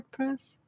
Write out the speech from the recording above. wordpress